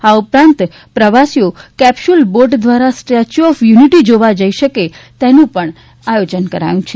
આ ઉપરાંત પ્રવાસીઓ કેટસ્યુમ બોટ દ્રારા સ્ટેસ્યુ ઓફ યુનિટી જોવા જઈ શકે તેનું પણ આયોજન છે